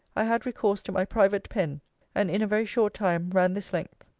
i had recourse to my private pen and in a very short time ran this length.